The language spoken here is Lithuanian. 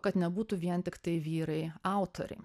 kad nebūtų vien tiktai vyrai autoriai